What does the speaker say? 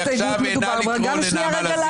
אני רוצה לאפשר עכשיו לייעוץ המשפטי ולמנהלים,